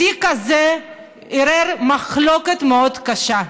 התיק הזה עורר מחלוקת מאוד קשה,